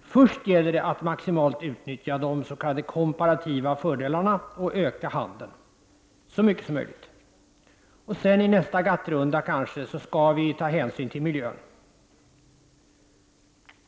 Först gäller det att maximalt utnyttja de s.k. komparativa fördelarna och öka handeln så mycket som möjligt. I nästa GATT-runda skall vi sedan kanske ta hänsyn till miljön.